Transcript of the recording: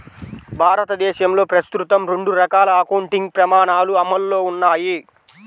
భారతదేశంలో ప్రస్తుతం రెండు రకాల అకౌంటింగ్ ప్రమాణాలు అమల్లో ఉన్నాయి